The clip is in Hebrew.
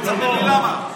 בוא תספר לי למה.